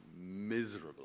miserable